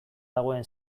dagoen